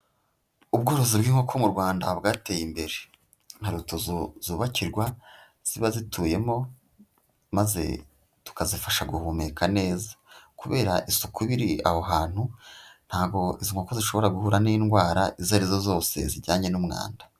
Ubworozi bw'inkoko mu Rwanda bwateye imbere. Hari utuzu zubakirwa, ziba zituyemo, maze tukazifasha guhumeka neza. Kubera isuku iba iri aho hantu ntabwo izi nkoko zishobora guhura n'indwara izo arizo zose zijyanye n'umwanda.